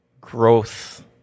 growth